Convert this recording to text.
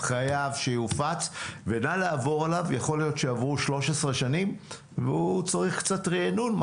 נא לעבור עליו כי יכול להיות שעברו 13 שנים וצריך לרענן אותו.